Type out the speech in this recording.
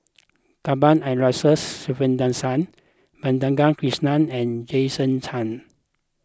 Cuthbert Aloysius Shepherdson Madhavi Krishnan and Jason Chan